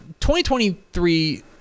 2023